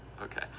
okay